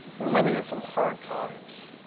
we're living in some hard times.